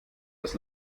das